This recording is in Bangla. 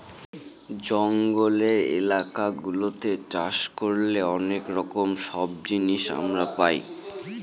জঙ্গলের এলাকা গুলাতে চাষ করলে অনেক রকম সব জিনিস আমরা পাই